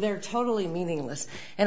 they're totally meaningless and